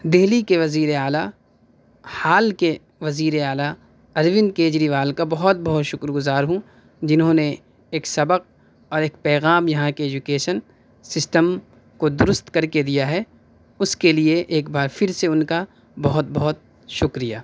دہلی کے وزیراعلیٰ حال کے وزیراعلیٰ اروند کیجریوال کا بہت بہت شُکر گزار ہوں جنہوں نے ایک سبق اور ایک پیغام یہاں کے ایجوکیشن سسٹم کو دُرست کر کے دیا ہے اُس کے لیے ایک بار پھر سے اُن کا بہت بہت شُکریہ